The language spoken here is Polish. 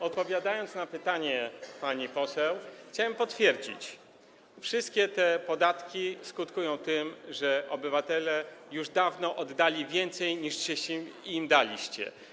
Odpowiadając na pytanie pani poseł, chciałem potwierdzić: wszystkie te podatki skutkują tym, że obywatele już dawno oddali więcej, niż im daliście.